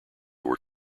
were